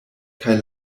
kaj